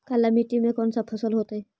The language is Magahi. काला मिट्टी में कौन से फसल होतै?